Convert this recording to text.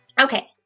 Okay